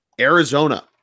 arizona